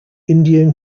indian